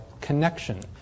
connection